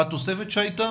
התוספת שהייתה?